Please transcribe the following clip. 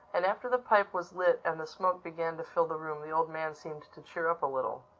and after the pipe was lit and the smoke began to fill the room the old man seemed to cheer up a little.